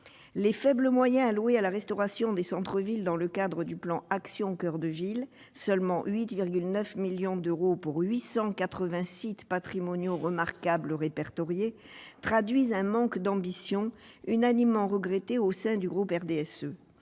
Les faibles moyens alloués à la restauration des centres-villes dans le cadre du plan Action coeur de ville, soit seulement 8,9 millions d'euros pour 880 sites patrimoniaux remarquables répertoriés, traduisent un manque d'ambition, unanimement regretté au sein du groupe RDSE,